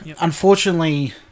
unfortunately